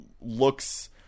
looks